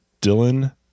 dylan